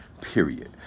Period